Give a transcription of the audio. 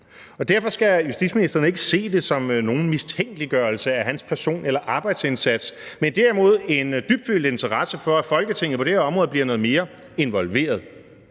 Derfor skal justitsministeren ikke se det som nogen mistænkeliggørelse af hans person eller arbejdsindsats, men derimod en dybfølt interesse i, at Folketinget på det her område bliver noget mere involveret.